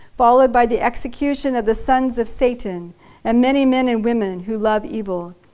followed by the execution of the sons of satan and many men and women who love evil.